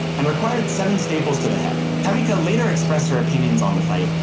and required seven staples to the head. tamikka later expressed her opinions on the fight,